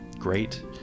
great